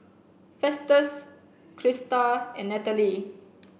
Festus Crysta and Natalee